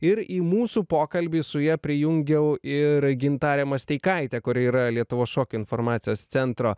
ir į mūsų pokalbį su ja prijungiau ir gintarę masteikaitę kuri yra lietuvos šokio informacijos centro